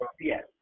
Yes